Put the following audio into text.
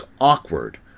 awkward